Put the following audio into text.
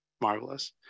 Marvelous